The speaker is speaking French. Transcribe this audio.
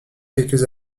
quelques